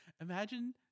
Imagine